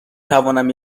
توانم